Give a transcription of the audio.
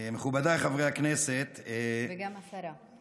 מכובדיי חברי הכנסת, וגם השרה.